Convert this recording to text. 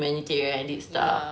ya